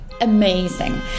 amazing